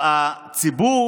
הציבור